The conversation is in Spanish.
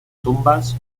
tumbas